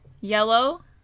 Yellow